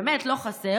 באמת לא חסרות,